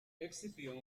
escipión